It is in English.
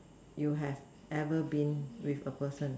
you have ever been with a person